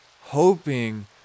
hoping